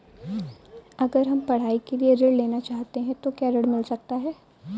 अगर हम पढ़ाई के लिए ऋण लेना चाहते हैं तो क्या ऋण मिल सकता है?